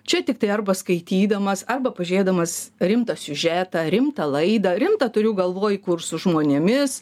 čia tiktai arba skaitydamas arba pažiūrėdamas rimtą siužetą rimtą laidą rimtą turiu galvoj kur su žmonėmis